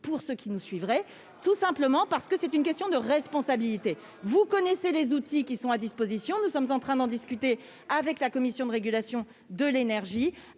à ceux qui nous suivraient, car c'est une question de responsabilité. Vous connaissez les outils qui sont à disposition. Nous sommes en train d'en discuter avec la Commission de régulation de l'énergie,